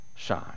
Shine